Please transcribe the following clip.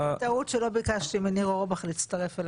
עשיתי טעות שלא ביקשתי מניר אורבך להצטרף אלי.